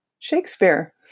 Shakespeare